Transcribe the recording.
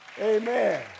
Amen